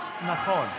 הדבר.